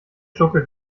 schurke